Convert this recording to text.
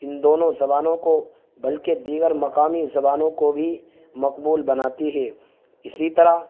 ان دونوں زبانوں کو بلکہ دیگر مقامی زبانوں کو بھی مقبول بناتی ہے اسی طرح